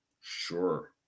Sure